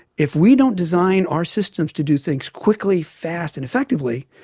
if we don't design our systems to do things quickly, fast and effectively,